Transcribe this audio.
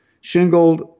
shingled